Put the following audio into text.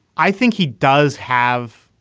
i think he does have.